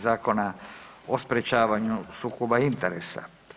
Zakona o sprječavanju sukoba interesa.